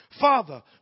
Father